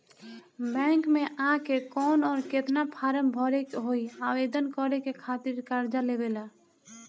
Bank मे आ के कौन और केतना फारम भरे के होयी आवेदन करे के खातिर कर्जा लेवे ला?